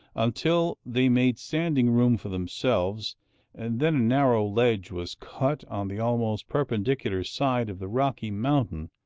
until they made standing room for themselves and then a narrow ledge was cut on the almost perpendicular side of the rocky mountain,